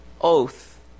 oath